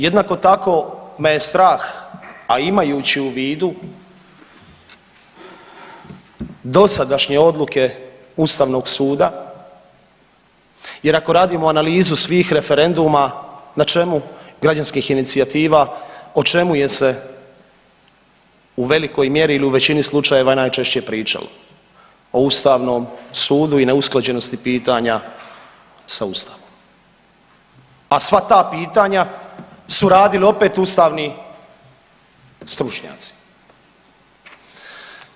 Jednako tako me je strah, a imajući u vidu dosadašnje odluke ustavnog suda jer ako radimo analizu svih referenduma na čemu, građanskih inicijativa, o čemu je se u velikoj mjeri ili u većini slučajeva najčešće pričalo, o ustavnom sudu i neusklađenosti pitanja sa ustavom, a sva ta pitanja su radili opet ustavni stručnjaci.